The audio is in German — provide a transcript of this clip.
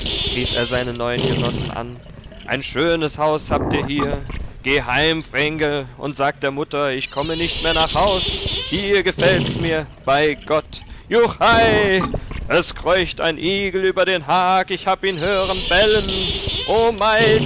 rief er seine neuen genossen an ein schönes haus habt ihr hier geh heim vrenggel und sag der mutter ich komme nicht mehr nach haus hier gefällt's mir bei gott juchhei es kreucht ein igel über den hag ich hab ihn hören bellen o